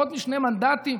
פחות משני מנדטים.